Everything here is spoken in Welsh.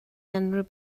unrhyw